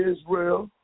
Israel